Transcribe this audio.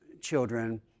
children